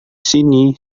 sini